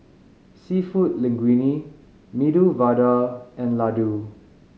Seafood Linguine Medu Vada and Ladoo